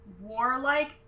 warlike